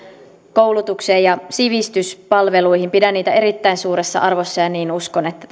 koulutukseen ja sivistyspalveluihin pidän niitä erittäin suuressa arvossa ja niin uskon että